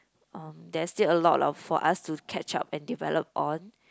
um there still a lot of for us to catch up and develop on